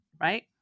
right